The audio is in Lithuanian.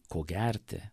ko gerti